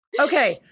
Okay